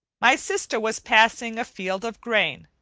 my sister was passing a field of grain,